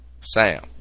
Sam